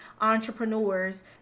entrepreneurs